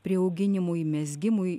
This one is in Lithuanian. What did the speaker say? priauginimui mezgimui